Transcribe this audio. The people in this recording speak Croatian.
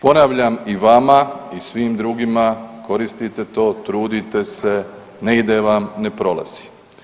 Ponavljam i vama i svim drugima koristite to, trudite se, ne ide vam, ne prolazi.